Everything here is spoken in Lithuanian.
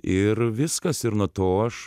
ir viskas ir nuo to aš